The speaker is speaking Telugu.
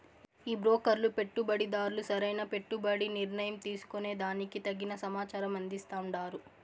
ఈ బ్రోకర్లు పెట్టుబడిదార్లు సరైన పెట్టుబడి నిర్ణయం తీసుకునే దానికి తగిన సమాచారం అందిస్తాండారు